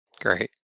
Great